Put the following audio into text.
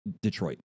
Detroit